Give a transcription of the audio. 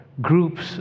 groups